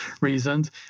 reasons